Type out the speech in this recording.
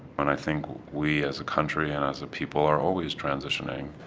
when i think we as a country and as a people are always transitioning.